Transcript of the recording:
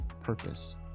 purpose